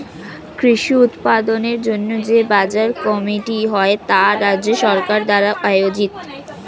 কৃষি উৎপাদনের জন্য যে বাজার কমিটি হয় তা রাজ্য সরকার দ্বারা আয়োজিত